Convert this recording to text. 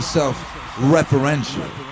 self-referential